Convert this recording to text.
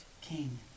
king